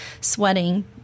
sweating